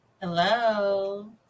Hello